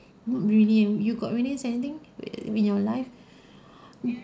you got witnessed anything err in your life